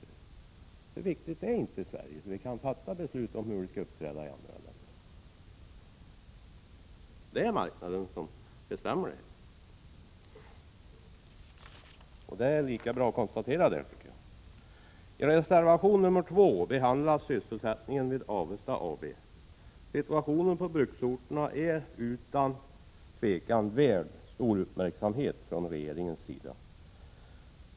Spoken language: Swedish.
Så betydande är inte Sverige att vi kan fatta beslut om hur företagen skall uppträda i andra länder. Det är lika bra att konstatera att det är marknaden som bestämmer. I reservation 2 behandlas sysselsättningen vid Avesta AB. Situationen på bruksorterna är utan tvivel värd stor uppmärksamhet från regeringen.